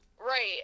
Right